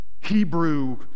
Hebrew